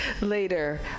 later